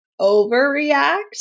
overreact